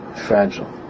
fragile